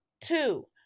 two